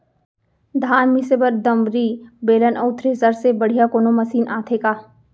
धान मिसे बर दंवरि, बेलन अऊ थ्रेसर ले बढ़िया कोनो मशीन आथे का?